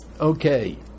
Okay